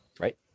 Right